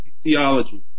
theology